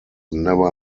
never